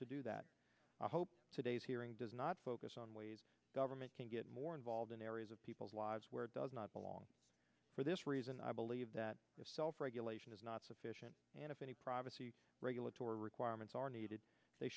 to do that i hope today's hearing does not focus on ways government can get more involved in areas of people's lives where it does not belong for this reason i believe that if self regulation is not sufficient and if any privacy regulatory requirements are needed they